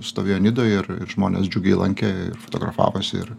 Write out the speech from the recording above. stovėjo nidoj ir ir žmonės džiugiai lankė ir fotografavosi ir